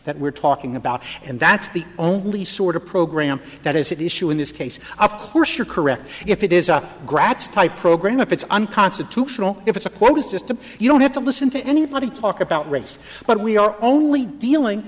that we're talking about and that's the only sort of program that is that issue in this case of course you're correct if it is a grads type program if it's unconstitutional if it's a quota system you don't have to listen to anybody talk about race but we are only dealing